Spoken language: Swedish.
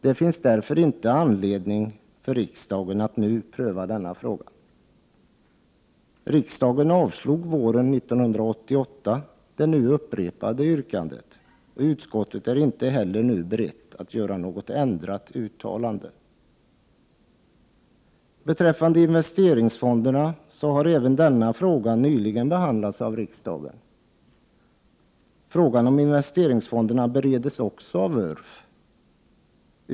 Det finns därför ingen anledning för riksdagen att nu pröva denna fråga. Riksdagen avslog våren 1988 det nu upprepade yrkandet. Utskottet är inte heller nu berett att göra något ändrat uttalande. Även frågan om investeringsfonderna har nyligen behandlats av riksdagen. Frågan om investeringsfonderna bereds också i URF.